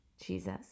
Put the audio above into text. Jesus